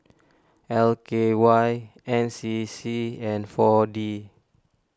L K Y N C C and four D